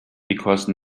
because